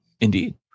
indeed